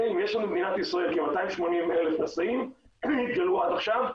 אם יש לנו במדינת ישראל כ-280,000 נשאים התגלו עד עכשיו,